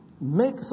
make